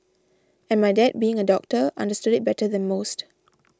and my dad being a doctor understood it better than most